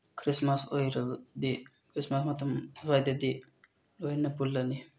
Christmas ꯑꯣꯏꯔꯕꯗꯤ Christmas ꯃꯇꯝ ꯑꯗꯨꯋꯥꯏꯗꯗꯤ ꯂꯣꯏꯅ ꯄꯨꯜꯂꯅꯤ